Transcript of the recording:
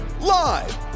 Live